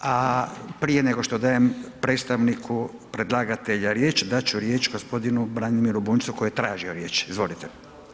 A prije nego što dajem predstavniku predlagatelja riječ, dat ću riječ g. Branimiru Bunjcu koji je tražio riječ, izvolite.